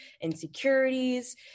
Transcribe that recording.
insecurities